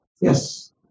yes